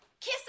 kiss